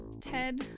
Ted